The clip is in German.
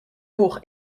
hoch